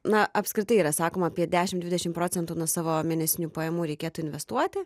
na apskritai yra sakoma apie dešim dvidešim procentų nuo savo mėnesinių pajamų reikėtų investuoti